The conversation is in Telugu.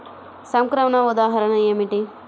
సంక్రమణ ఉదాహరణ ఏమిటి?